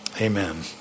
Amen